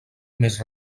més